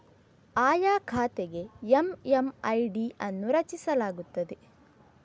ಆಯಾ ಖಾತೆಗೆ ಎಮ್.ಎಮ್.ಐ.ಡಿ ಅನ್ನು ರಚಿಸಲಾಗುತ್ತದೆ